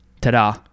Ta-da